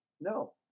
No